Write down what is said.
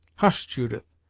hush, judith!